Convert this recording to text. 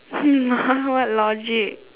what logic